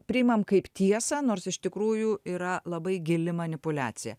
priimam kaip tiesą nors iš tikrųjų yra labai gili manipuliacija